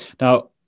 now